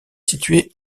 situé